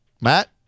Matt